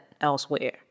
elsewhere